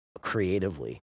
creatively